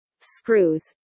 screws